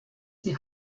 die